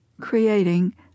creating